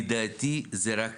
לדעתי זה רק